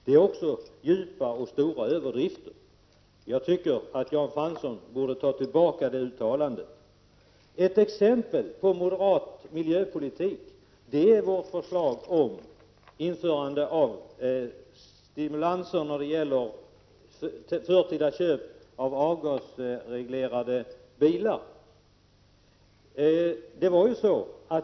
Det är också en djup och stor överdrift. Jag tycker att Jan Fransson borde ta tillbaka detta uttalande. Ett exempel på moderat miljöpolitik är vårt förslag om införande av stimulanser när det gäller förtida köp av avgasrenade bilar.